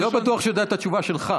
לא בטוח שהוא יודע את התשובה שלך.